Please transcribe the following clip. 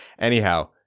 Anyhow